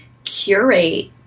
curate